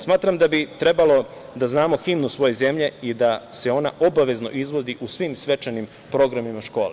Smatram da bi trebalo da znamo himnu svoje zemlje i da se ona obavezno izvodi u svim svečanim programima škola.